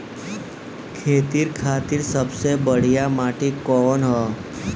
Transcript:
खेती खातिर सबसे बढ़िया माटी कवन ह?